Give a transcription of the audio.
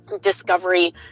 discovery